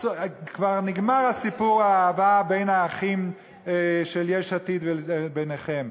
כבר נגמר סיפור האהבה בין האחים של יש עתיד וביניכם.